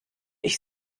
ich